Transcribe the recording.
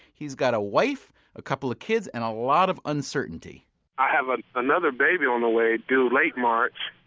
he's got a wife, a couple of kids, and a lot of uncertainty i have ah another baby on the way due late march,